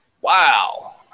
wow